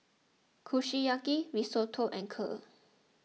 Kushiyaki Risotto and Kheer